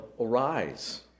arise